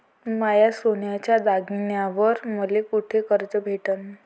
माया सोन्याच्या दागिन्यांइवर मले कुठे कर्ज भेटन?